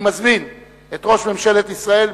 אני מזמין את ראש ממשלת ישראל,